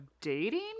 dating